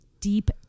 deep